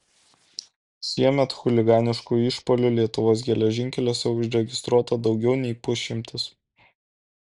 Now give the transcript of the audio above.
šiemet chuliganiškų išpuolių lietuvos geležinkeliuose užregistruota daugiau nei pusšimtis